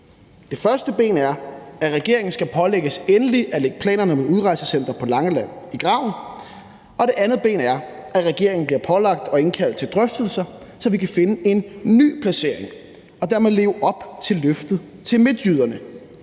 Det første ben er, at regeringen skal pålægges endeligt at lægge planerne om et udrejsecenter på Langeland i graven, og det andet ben er, at regeringen bliver pålagt at indkalde til drøftelser, så vi kan finde en ny placering og dermed leve op til løftet til midtjyderne,